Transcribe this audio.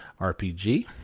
RPG